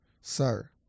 Sir